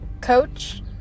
coach